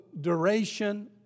duration